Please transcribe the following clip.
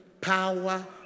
power